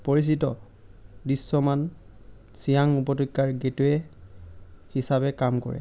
পৰিচিত দৃশ্যমান ছিয়াং উপত্যকাৰ গেইটৱে' হিচাপে কাম কৰে